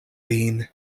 vin